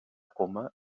coma